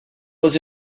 was